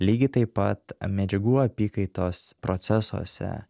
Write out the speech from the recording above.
lygiai taip pat medžiagų apykaitos procesuose